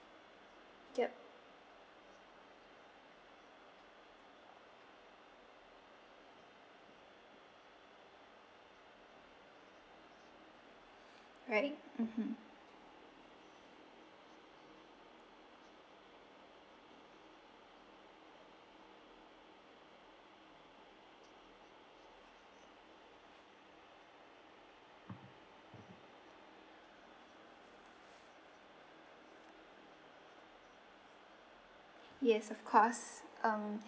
yup right mmhmm yes of course um